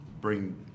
bring